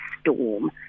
storm